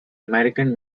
american